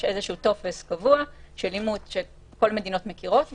יש איזה שהוא טופס קבוע של אימות שכל המדינות מכירות בו.